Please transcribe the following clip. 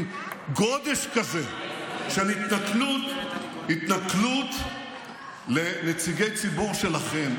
גודש כזה של התנכלות לנציגי ציבור שלכם.